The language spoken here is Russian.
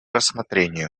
рассмотрению